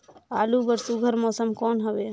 आलू बर सुघ्घर मौसम कौन हवे?